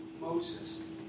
Moses